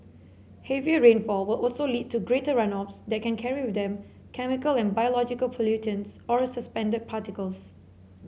heavier rainfall will also lead to greater runoffs that can carry with them chemical and biological pollutants or suspended particles